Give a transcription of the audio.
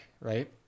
right